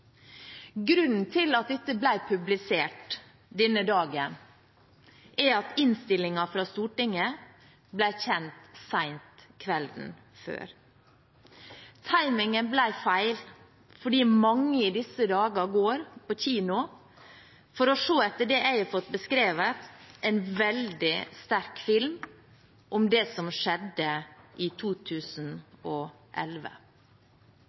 Grunnen til at dette ble publisert den dagen, var at innstillingen fra Stortinget ble kjent sent kvelden før. Timingen ble feil fordi mange i disse dager går på kino for å se – etter det jeg har fått beskrevet – en veldig sterk film om det som skjedde i